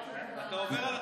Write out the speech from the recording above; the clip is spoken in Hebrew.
אתה עובר על התקנון.